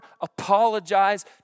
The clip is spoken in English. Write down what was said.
apologize